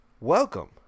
Welcome